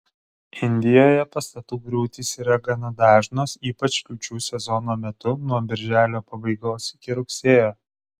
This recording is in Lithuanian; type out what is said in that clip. indijoje pastatų griūtys yra gana dažnos ypač liūčių sezono metu nuo birželio pabaigos iki rugsėjo